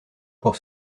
pour